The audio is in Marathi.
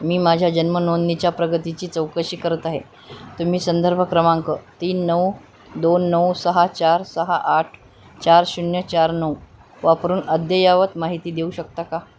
मी माझ्या जन्मनोंदणीच्या प्रगतीची चौकशी करत आहे तुम्ही संदर्भ क्रमांक तीन नऊ दोन नऊ सहा चार सहा आठ चार शून्य चार नऊ वापरून अद्ययावत माहिती देऊ शकता का